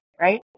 right